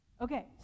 Okay